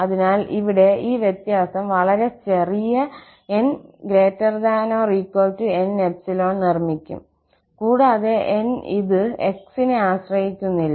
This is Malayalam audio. അതിനാൽ ഇവിടെ ഈ വ്യത്യാസം വളരെ ചെറിയ ∀n≥N∈ നിർമ്മിക്കും കൂടാതെ N ഇത് 𝑥 നെ ആശ്രയിക്കുന്നില്ല